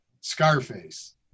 Scarface